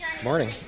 morning